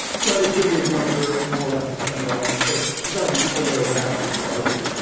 you know, it's going to be younger, more left to center audience, so you got to be aware of that for starters,